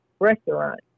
restaurant